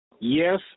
Yes